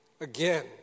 Again